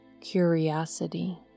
curiosity